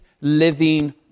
living